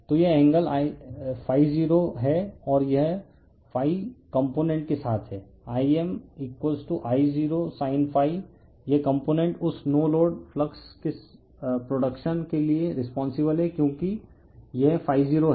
तो यह एंगल 0 है और यह कंपोनेंट के साथ है I m I0sin यह कंपोनेंट उस नो लोड फ्लक्स के प्रोडक्शन के लिए रिस्पोंसिबल है क्योंकि यह ∅0 है